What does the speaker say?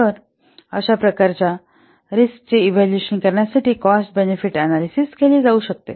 तर अशा प्रकारे रिस्कचे इव्हॅल्युएशन करण्यासाठी कॉस्ट बेनिफिट अनॅलिसिस केले जाऊ शकते